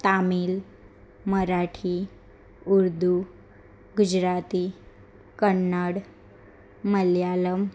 Tamil Marathi Urdu Gujarati Kannada Malayalam